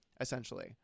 essentially